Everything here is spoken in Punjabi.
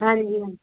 ਹਾਂਜੀ ਹਾਂਜੀ